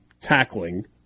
tackling